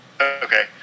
okay